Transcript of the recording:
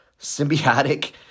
symbiotic